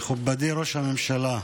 מכובדי ראש הממשלה,